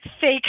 fake